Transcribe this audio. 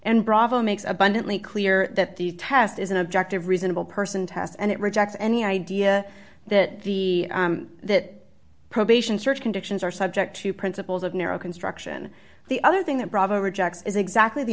and bravo makes abundantly clear that the test is an objective reasonable person test and it rejects any idea that the that probation search conditions are subject to principles of narrow construction the other thing that bravo rejects is exactly the